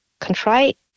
contrite